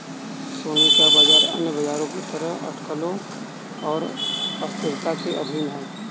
सोने का बाजार अन्य बाजारों की तरह अटकलों और अस्थिरता के अधीन है